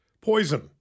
Poison